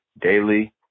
daily